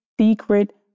secret